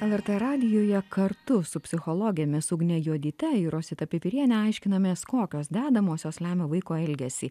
lrt radijuje kartu su psichologėmis ugne juodyte ir rosita pipiriene aiškinamės kokios dedamosios lemia vaiko elgesį